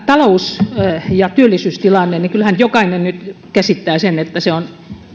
talous ja työllisyystilanteesta että kyllähän jokainen käsittää sen että se on